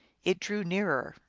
it drew nearer.